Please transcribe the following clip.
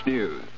News